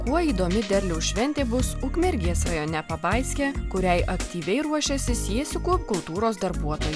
kuo įdomi derliaus šventė bus ukmergės rajone pabaiske kuriai aktyviai ruošėsi siesikų kultūros darbuotojai